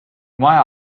maja